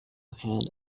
hand